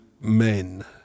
men